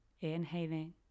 inhaling